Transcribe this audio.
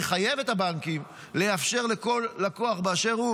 מחייב את הבנקים לאפשר לכל לקוח באשר הוא